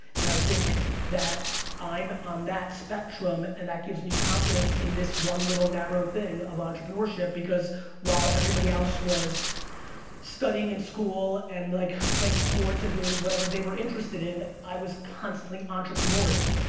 and i think that i'm on that spectrum and that gives me confidence in this one little narrow thing of entrepreneurship because while everybody else was studying in school and like playing sports and doing whatever they were interested in, i was constantly entrepreneur-ing,